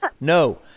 No